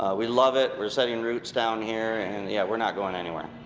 we love it. we're setting and roots down here and yeah we're not going anywhere.